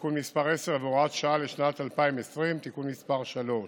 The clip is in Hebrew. (תיקון מס' 10 והוראת שעה לשנת 2020) (תיקון מס' 3),